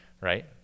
Right